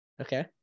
Okay